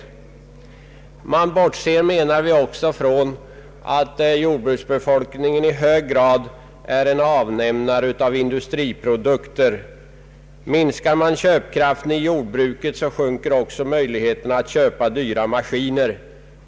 Man bortser enligt min uppfattning också från att jordbruksbefolkningen i hög grad är avnämare av industriprodukter. Minskar man köpkraften i jordbruket så minskar också möjligheten att köpa dyra maskiner.